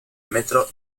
metro